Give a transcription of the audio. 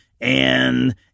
and